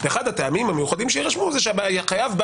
אחד הטעמים המיוחדים שיירשמו זה שהחייב בא